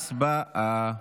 הצבעה.